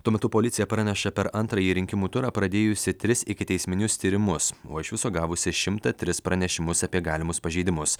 tuo metu policija praneša per antrąjį rinkimų turą pradėjusi tris ikiteisminius tyrimus o iš viso gavusi šimtą tris pranešimus apie galimus pažeidimus